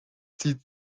zieht